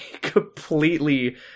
completely